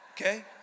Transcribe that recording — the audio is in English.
Okay